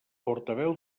portaveu